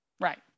Right